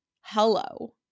Hello